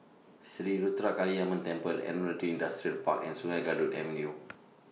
Sri Ruthra Kaliamman Temple Admiralty Industrial Park and Sungei Kadut Avenue